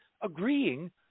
agreeing